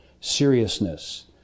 seriousness